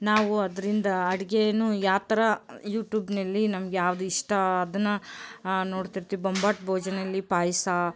ನಾವು ಅದರಿಂದ ಅಡುಗೆನು ಯಾವ ಥರ ಯೂಟ್ಯೂಬ್ನಲ್ಲಿ ನಮ್ಗೆ ಯಾವ್ದು ಇಷ್ಟ ಅದನ್ನು ನೋಡ್ತಿರ್ತೀವಿ ಬೊಂಬಾಟ್ ಭೋಜನಲ್ಲಿ ಪಾಯಸ